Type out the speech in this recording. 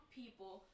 people